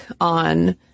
on